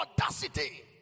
audacity